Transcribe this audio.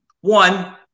one